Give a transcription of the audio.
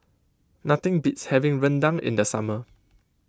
nothing beats having Rendang in the summer